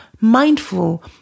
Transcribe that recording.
mindful